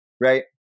right